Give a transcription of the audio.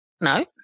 No